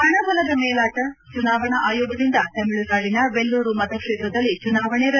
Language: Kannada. ಹಣಬಲದ ಮೇಲಾಟ ಚುನಾವಣಾ ಆಯೋಗದಿಂದ ತಮಿಳುನಾಡಿನ ವೆಲ್ಲೂರು ಮತಕ್ಷೇತ್ರದಲ್ಲಿ ಚುನಾವಣೆ ರದ್ದು